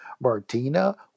Martina